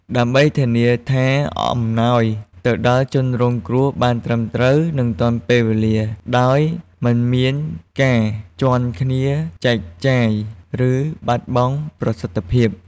ដើម្បីធានាថាអំណោយទៅដល់ជនរងគ្រោះបានត្រឹមត្រូវ និងទាន់ពេលវេលា ដោយមិនមានការជាន់គ្នាចែកចាយ ឬបាត់បង់ប្រសិទ្ធភាព។